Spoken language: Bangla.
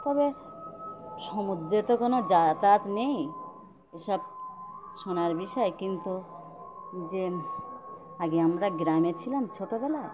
তবে সমুদ্রে তো কোনো যাতায়াত নেই এসব শোনার বিষয় কিন্তু যে আগে আমরা গ্রামে ছিলাম ছোটবেলায়